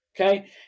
okay